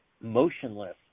motionless